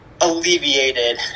alleviated